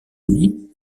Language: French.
unis